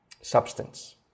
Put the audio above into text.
substance